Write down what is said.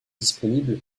disponibles